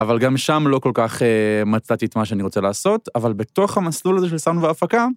אבל גם שם לא כל כך מצאתי את מה שאני רוצה לעשות, אבל בתוך המסלול הזה ששמנו בהפקה...